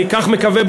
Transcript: אני כך מקווה,